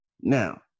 Now